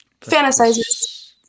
Fantasizes